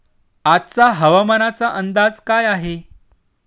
आजचा हवामानाचा अंदाज काय आहे?